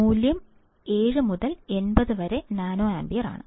മൂല്യം 7 മുതൽ 80 വരെ നാനോ ആമ്പിയർ ആണ്